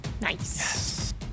Nice